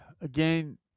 Again